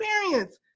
experience